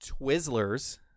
Twizzlers